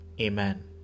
Amen